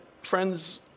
friends